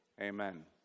Amen